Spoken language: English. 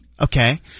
Okay